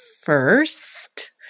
first